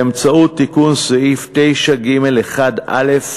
באמצעות תיקון סעיף 9(ג1א)